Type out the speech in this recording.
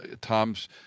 Tom's